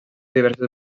diverses